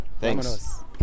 Thanks